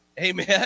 Amen